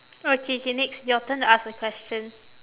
okay K next your turn to ask a question